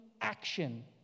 action